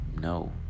No